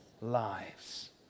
lives